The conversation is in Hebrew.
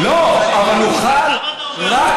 לא, אבל הוא חל, אז למה אתה אומר?